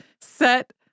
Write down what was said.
set